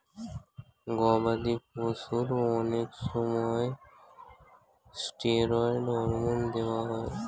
গবাদি পশুর অনেক সময় স্টেরয়েড হরমোন দেওয়া হয়